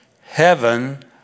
heaven